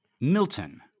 Milton